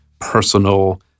personal